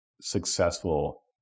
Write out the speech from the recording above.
successful